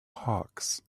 hawks